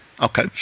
Okay